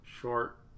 short